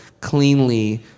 cleanly